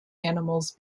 animals